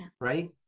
right